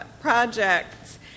projects